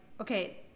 okay